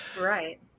Right